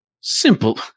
Simple